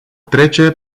trece